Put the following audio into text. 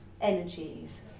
energies